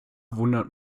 wundert